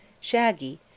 shaggy